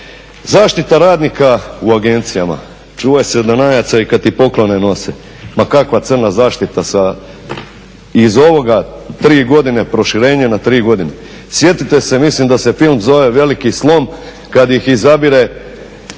Zaštita radnika u agencijama. Čuvaj se Danajaca i kad ti poklone nose. Ma kakva crna zaštita? Iz ovoga tri godine proširenje na tri godine. Sjetite se, mislim da se film zove "Veliki slom" kad ih izabire